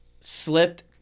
slipped